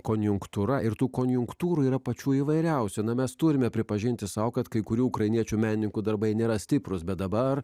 konjunktūra ir tų konjunktūra yra pačių įvairiausių na mes turime pripažinti sau kad kai kurių ukrainiečių menininkų darbai nėra stiprūs bet dabar